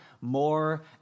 more